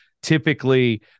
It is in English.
Typically